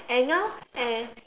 and now and